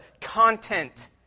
content